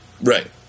Right